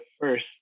first